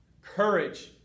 Courage